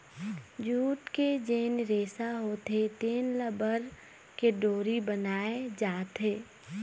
jute के जेन रेसा होथे तेन ल बर के डोरी बनाए जाथे